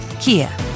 Kia